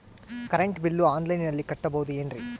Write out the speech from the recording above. Current bill ಆನ್ಲೈನಿನಲ್ಲಿ ಕಟ್ಟಬಹುದು ಏನ್ರಿ?